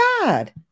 God